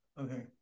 okay